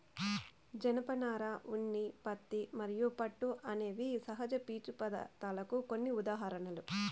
జనపనార, ఉన్ని, పత్తి మరియు పట్టు అనేవి సహజ పీచు పదార్ధాలకు కొన్ని ఉదాహరణలు